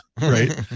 Right